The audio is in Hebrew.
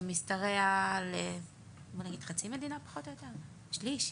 שמשתרע על חצי מדינה פחות או יותר, או שליש,